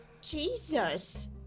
Jesus